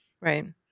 Right